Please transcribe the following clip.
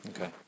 Okay